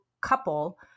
couple